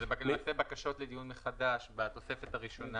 בקשה לדיון מחדש בתוספת ראשונה